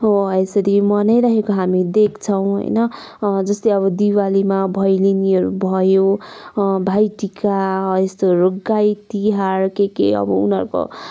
हो यसरी मनाइरहेको हामी देख्छौँ होइन जस्तै अब दिवालीमा भैलेनीहरू भयो भाइ टिका हो यस्तोहरू गाई तिहार के के अब उनीहरूको